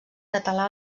català